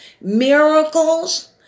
Miracles